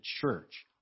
church